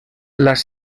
las